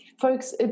folks